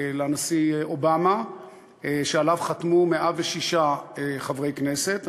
לנשיא אובמה, שעליו חתמו 106 חברי כנסת.